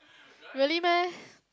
really meh